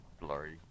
blurry